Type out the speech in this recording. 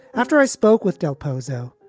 after i spoke with del pozo,